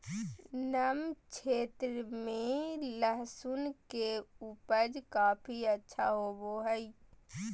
नम क्षेत्र में लहसुन के उपज काफी अच्छा होबो हइ